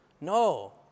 No